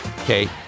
okay